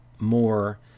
more